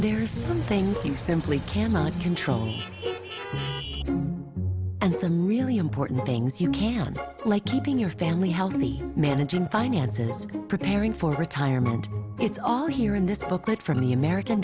there's some things you simply cannot control and them really important things you can like keeping your family healthy managing finances preparing for retirement it's all here in this booklet from the american